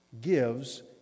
gives